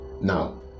Now